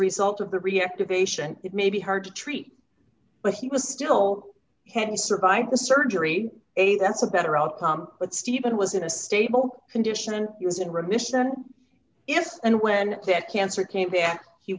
result of the reactivation it may be hard to treat but he was still heavy survived the surgery a that's a better outcome but stephen was in a stable condition and he was in remission if and when that cancer came back he